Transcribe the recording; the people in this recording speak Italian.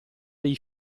dei